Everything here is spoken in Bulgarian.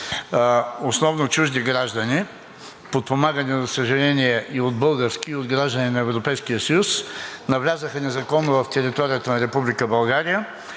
основно чужди граждани, подпомагани, за съжаление, и от български, и от граждани на Европейския съюз навлязоха незаконно на територията на